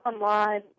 online